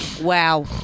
Wow